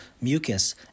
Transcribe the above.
mucus